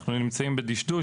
אנחנו נמצאים בדשדוש,